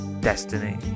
destiny